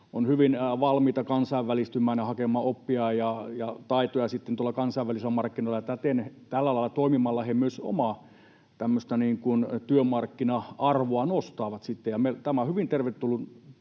on hyvin valmista kansainvälistymään ja hakemaan oppia ja taitoja tuolla kansainvälisillä markkinoilla. Täten, tällä lailla toimimalla he myös sitten nostavat omaa työmarkkina-arvoaan, ja tämä on hyvin tervetullut